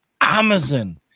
Amazon